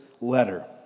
letter